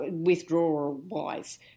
withdrawal-wise